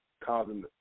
Causing